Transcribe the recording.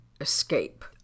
escape